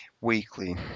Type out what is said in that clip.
Weekly